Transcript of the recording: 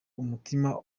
umutima